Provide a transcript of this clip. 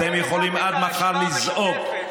אתם יכולים עד מחר לזעוק.